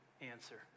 answer